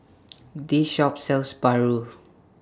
This Shop sells Paru